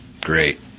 great